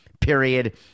period